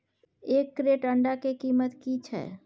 एक क्रेट अंडा के कीमत की छै?